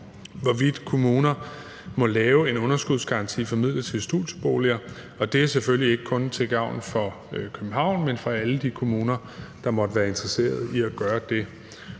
hvorvidt kommuner må lave en underskudsgaranti for midlertidige studieboliger. Og det er selvfølgelig ikke kun til gavn for København, men for alle de kommuner, der måtte være interesseret i at gøre det.